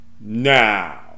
Now